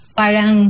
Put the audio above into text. parang